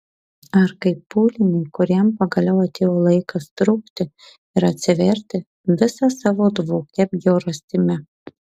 ar kaip pūliniui kuriam pagaliau atėjo laikas trūkti ir atsiverti visa savo dvokia bjaurastimi